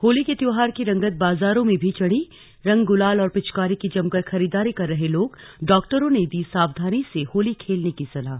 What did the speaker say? होली के त्योहार की रंगत बाजारों में भी चढ़ीरंग गुलाल और पिचकारी की जमकर खरीदारी कर रहे लोगडॉक्टरों ने दी सावधानी से होली खेलने की सलाह